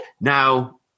Now